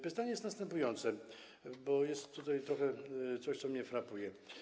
Pytanie jest następujące, bo jest tutaj coś, co mnie frapuje.